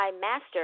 master